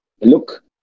look